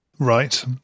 Right